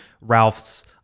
Ralph's